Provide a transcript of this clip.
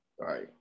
Right